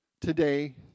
today